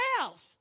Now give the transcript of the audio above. else